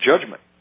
judgment